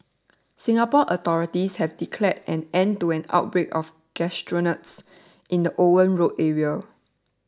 Singapore authorities have declared an end to an outbreak of gastroenteritis in the Owen Road area